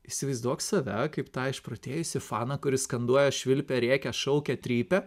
įsivaizduok save kaip tą išprotėjusį faną kuris skanduoja švilpia rėkia šaukia trypia